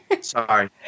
Sorry